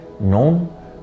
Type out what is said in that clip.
known